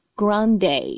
grande